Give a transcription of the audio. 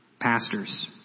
pastors